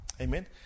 Amen